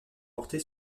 portée